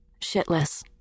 Shitless